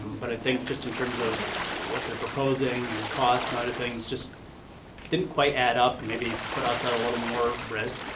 but i think just in terms of what they're proposing and cost and other things just didn't quite add up and maybe put us on a little more risk.